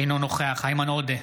אינו נוכח איימן עודה,